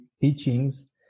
teachings